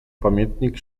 pamiętnik